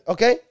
Okay